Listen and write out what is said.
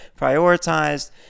prioritized